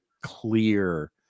clear